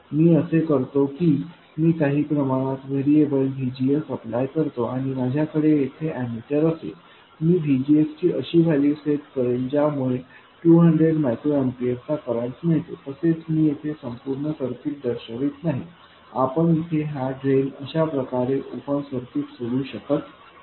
मी असे करतो की मी काही प्रमाणात व्हेरिएबल VGSअप्लाय करतो आणि माझ्याकडे येथे अॅममीटर असेल आणि मी VGSची अशी व्हॅल्यू सेट करेन ज्यामुळे 200 मायक्रो एम्पीयर चा करंट मिळतो तसेच मी येथे संपूर्ण सर्किट दर्शवित नाही आपण इथे हा ड्रेन अशा प्रकारे ओपन सर्किट सोडू शकत नाही